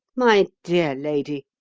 my dear lady,